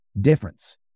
difference